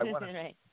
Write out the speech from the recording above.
right